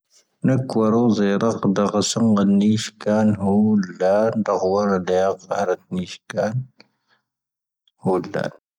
ⵏⵓⴽⵡⴰⵔoⵣⴻⵉⵔⴰⴽ ⴷⴰⴳⵀⴰⵙoⵏⴳⴰⵏ ⵏⵉⴼⴽⴰⵏ ⵀooⵍⴰⵏ, ⴷⴰⴳⵀoⵔⴻ ⴷⴰⴳⵀⴰⵔⴰⵜ ⵏⵉⴼⴽⴰⵏ ⵀooⵍⴰⵏ.